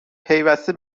پیوسته